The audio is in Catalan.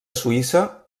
suïssa